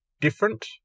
different